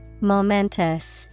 Momentous